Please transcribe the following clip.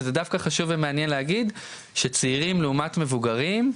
וזה דווקא חשוב ומעניין להגיד שצעירים לעומת מבוגרים,